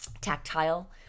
tactile